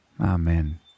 Amen